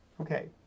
okay